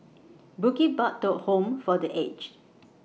Bukit Batok Home For The Aged